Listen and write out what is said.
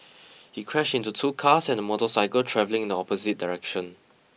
he crashed into two cars and a motorcycle travelling in the opposite direction